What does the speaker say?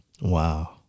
Wow